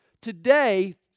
Today